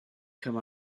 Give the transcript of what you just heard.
come